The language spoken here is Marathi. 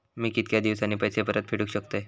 मी कीतक्या दिवसांनी पैसे परत फेडुक शकतय?